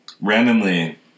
Randomly